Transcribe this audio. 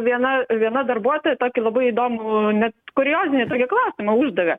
viena viena darbuotoja tokį labai įdomų net kuriozinį tokį klausimą uždavė